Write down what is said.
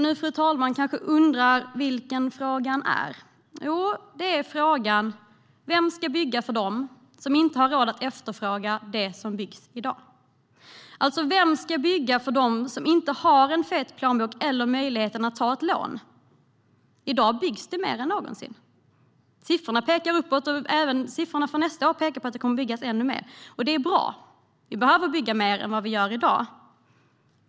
Nu, fru talman, kanske ni undrar vad det är för fråga. Jo, det är frågan: Vem ska bygga för dem som inte har råd att efterfråga det som byggs i dag? Vem ska bygga för dem som inte har en fet plånbok eller möjligheten att ta ett lån? I dag byggs det mer än någonsin. Siffrorna pekar uppåt. Även siffrorna för nästa år pekar på att det kommer att byggas ännu mer. Det är bra. Vi behöver bygga mer än i dag.